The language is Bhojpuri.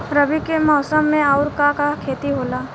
रबी मौसम में आऊर का का के खेती होला?